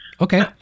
Okay